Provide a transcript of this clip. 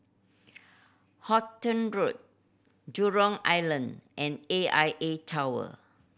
Halton Road Jurong Island and A I A Tower